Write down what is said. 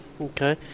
Okay